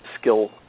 skill